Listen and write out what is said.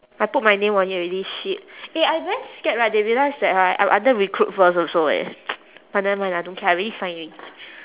I put my name on it already shit eh I very scared right they realise that right I'm under recruitfirst also eh but never mind lah don't care I already sign already